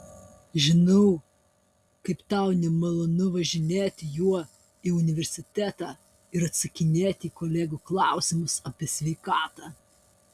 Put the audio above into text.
žinau kaip tau nemalonu važinėti juo į universitetą ir atsakinėti į kolegų klausimus apie sveikatą